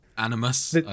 animus